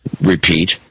repeat